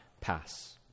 pass